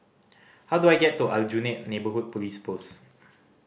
how do I get to Aljunied Neighbourhood Police Post